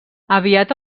aviat